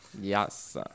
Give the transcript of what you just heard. Yes